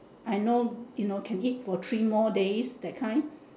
I know you know can eat for three more days that kind